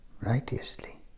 righteously